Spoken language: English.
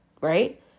right